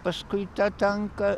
paskui tą tanką